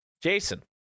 Jason